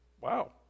Wow